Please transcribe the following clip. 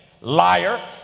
Liar